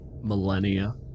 Millennia